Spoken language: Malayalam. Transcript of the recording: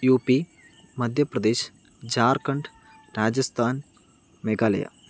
U P Madhya Pradesh Jharkhand Rajasthan Meghalaya